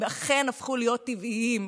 אכן הפכו להיות טבעיים,